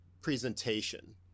presentation